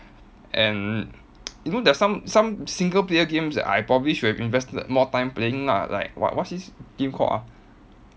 and you know there's some some single player games that I probably should have invested more time playing lah like what what's this game called ah